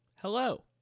Hello